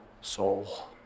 soul